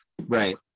right